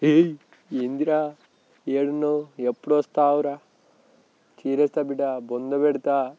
ఏయ్ ఏంటిరా ఎక్కడున్నావు ఎప్పుడొస్తావురా చీరేస్తా బిడ్డ బొంద పెడతా